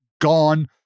gone